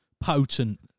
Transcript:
potent